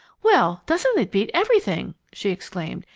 well, doesn't it beat everything! she exclaimed.